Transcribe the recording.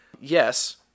Yes